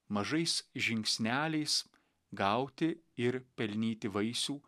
mažais žingsneliais gauti ir pelnyti vaisių